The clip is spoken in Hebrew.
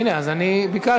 הנה, אז אני ביקשתי.